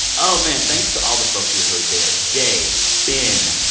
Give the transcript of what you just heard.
oh, man thanks to all the folks you heard there jay, ben,